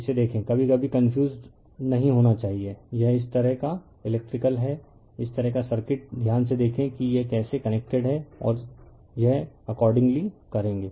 इसे देखें कभी कभी कन्फ्यूज्ड नहीं होना चाहिए यह इस तरह का इलेक्ट्रिकल है इस तरह का सर्किट ध्यान से देखें कि यह कैसे कनेक्टेड है और यह एकॉडिंगली करेंगे